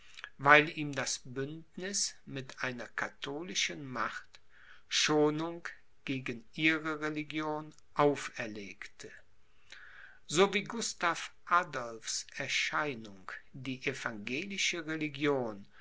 weil ihm das bündniß mit einer katholischen macht schonung gegen ihre religion auferlegte so wie gustav adolphs erscheinung die evangelische religion